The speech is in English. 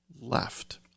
left